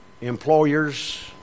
employers